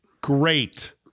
great